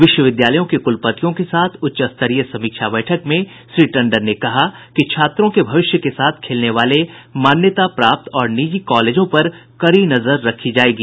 विश्वविद्यालयों के कुलपतियों के साथ उच्चस्तरीय समीक्षा बैठक में श्री टंडन ने कहा कि छात्रों के भविष्य के साथ खेलने वाले मान्यता प्राप्त और निजी कॉलेजों पर कड़ी नजर रखी जायेगी